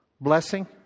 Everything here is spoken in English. Blessing